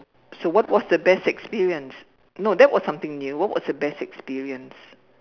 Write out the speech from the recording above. so what was the best experience no that was something new what was the best experience